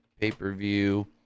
pay-per-view